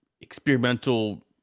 experimental